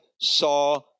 saw